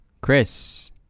Chris